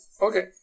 Okay